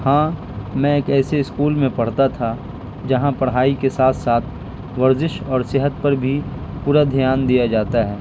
ہاں میں ایک ایسے اسکول میں پڑھتا تھا جہاں پڑھائی کے ساتھ ساتھ ورزش اور صحت پر بھی پورا دھیان دیا جاتا ہے